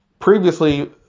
Previously